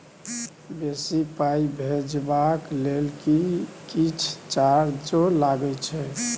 बेसी पाई भेजबाक लेल किछ चार्जो लागे छै?